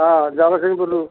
ହଁ ଜଗତସିଂହପୁରରୁ